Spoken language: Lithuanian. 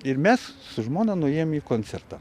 ir mes su žmona nuėjom į koncertą